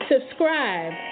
Subscribe